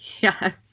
Yes